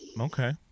okay